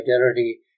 identity